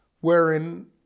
wherein